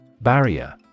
Barrier